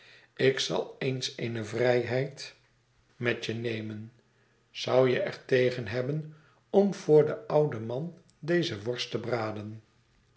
ik zal eens eene vrijheid met ik braab bene worst voob ben ouden man je nemen zou je er tegen hebben om voor den ouden man deze worst te braden